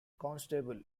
constable